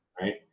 right